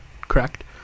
correct